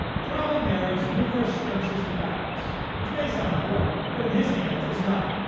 crowley narrates numerous skirmishes and battles, which may sound boring, but in his hands is not.